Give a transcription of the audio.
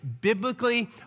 biblically